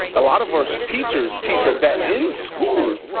a lot of our so teachers teach us that in school.